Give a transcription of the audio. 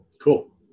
cool